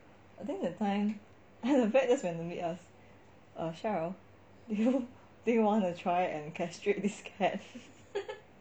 I think the time the vet just randomly ask err cheryl do you want to try and castrate this cat